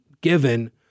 given